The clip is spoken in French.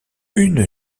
une